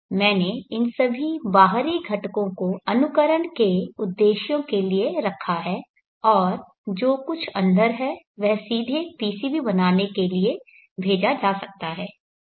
इसलिए मैंने इन सभी बाहरी घटकों को अनुकरण के उद्देश्यों के लिए रखा है और जो कुछ अंदर है वह सीधे PCB बनाने के लिए भेजा जा सकता है ठीक है